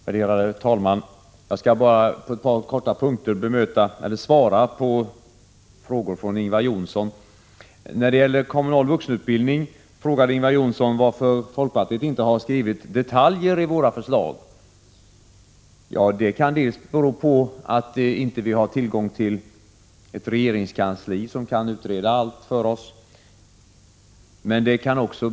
Herr talman! Jag skall bara på ett par punkter svara på frågor från Ingvar Johnsson. När det gäller kommunal vuxenutbildning frågade Ingvar Johnsson varför vi i folkpartiet inte har angivit detaljer i våra förslag. Ja, det kan delvis bero på att vi inte har tillgång till ett regeringskansli, som kan utreda 147 allt för oss.